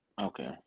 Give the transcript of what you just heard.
okay